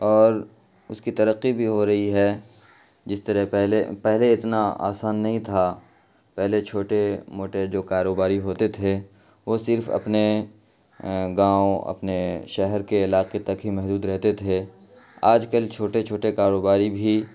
اور اس کی ترقی بھی ہو رہی ہے جس طرح پہلے پہلے اتنا آسان نہیں تھا پہلے چھوٹے موٹے جو کاروباری ہوتے تھے وہ صرف اپنے گاؤں اپنے شہر کے علاقے تک ہی محدود رہتے تھے آج کل چھوٹے چھوٹے کاروباری بھی